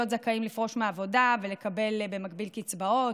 זכאים לפרוש מהעבודה ולקבל במקביל קצבאות,